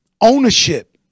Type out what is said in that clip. ownership